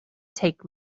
take